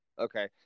Okay